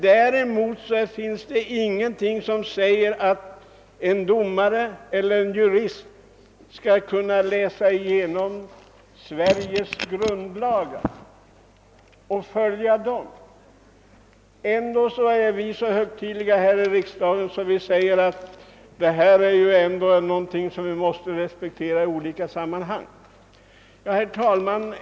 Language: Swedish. Däremot finns det ingenting som säger att en domare eller en jurist skall kunna Sveriges grundlagar och följa dem. Ändå är vi så högtidliga här i riksdagen att vi säger att de måste respekteras i olika sammanhang. Herr talman!